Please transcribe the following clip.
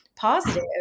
positive